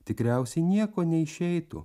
tikriausiai nieko neišeitų